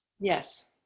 Yes